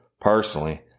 Personally